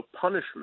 punishment